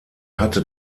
hatte